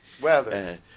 weather